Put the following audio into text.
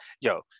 Yo